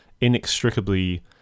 inextricably